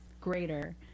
greater